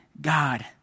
God